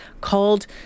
called